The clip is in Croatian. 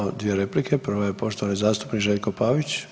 Imamo dvije replike, prva je poštovani zastupnik Željko Pavić.